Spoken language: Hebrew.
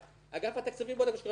אגף התקציבים מבקר מה שקורה בחטיבה.